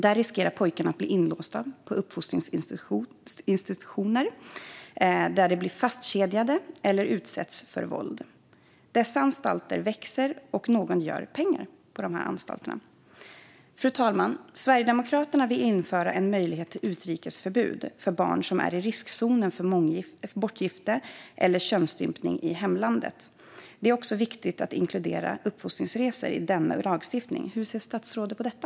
Där riskerar pojkarna att bli inlåsta på uppfostringsinstitutioner, där de blir fastkedjade eller utsätts för våld. Dessa anstalter växer, och någon gör pengar på de här anstalterna. Fru talman! Sverigedemokraterna vill införa en möjlighet till utrikesförbud för barn som är i riskzonen för bortgifte eller könsstympning i hemlandet. Det är viktigt att också inkludera uppfostringsresor i denna lagstiftning. Hur ser statsrådet på detta?